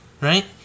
right